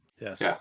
Yes